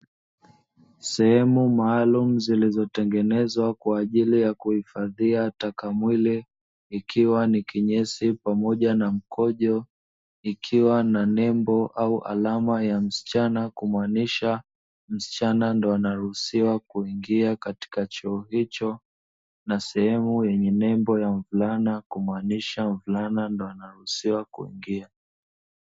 Sehemu maalumu zilizotengenezwa kwa ajili ya kuhifadhia taka mwili, ikiwa ni kinyesi pamoja na mkojo; ikiwa na nembo au alama ya msichana kumaanisha msichana ndoo anaruhusiwa kuingia katika choo hicho, na sehemu yenye nembo ya mvulana kumaanisha mvulana ndoo anaruhusiwa kuingia.